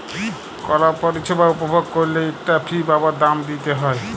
call পরিছেবা উপভগ ক্যইরলে ইকটা ফি বা দাম দিইতে হ্যয়